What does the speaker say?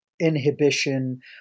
inhibition